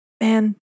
man